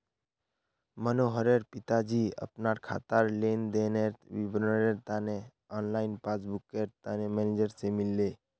मनोहरेर पिताजी अपना खातार लेन देनेर विवरनेर तने ऑनलाइन पस्स्बूकर तने मेनेजर से मिलले